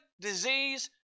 disease